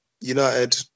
United